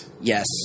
Yes